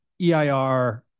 EIR